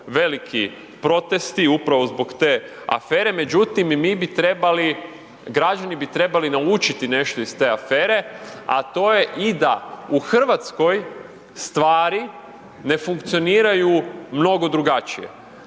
veliki protesti upravo zbog te afere, međutim i mi bi trebali, građani bi trebali naučiti nešto iz te afere, a to je i da u Hrvatskoj stvari ne funkcioniraju mnogo drugačije.